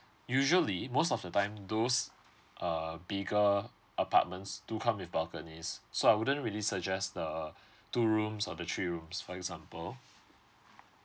usually most of the time those uh bigger apartments do come with balconies so I wouldn't really suggest the two rooms or the three rooms for example